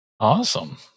Awesome